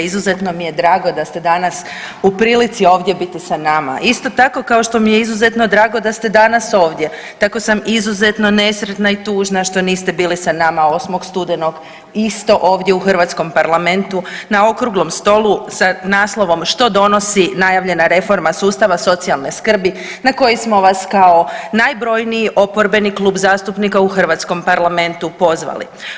Izuzetno mi je drago da ste danas u prilici ovdje biti sa nama, isto tako kao što mi je izuzetno drago da ste danas ovdje tako sam izuzetno nesretna i tužna što niste bili sa nama 8. studenog isto ovdje u hrvatskom Parlamentu na okruglom stolu sa naslovom „Što donosi najavljena reforma sustava socijalne skrbi“ na koji smo vas kao najbrojniji oporbeni klub zastupnika u hrvatskom Parlamentu pozvali.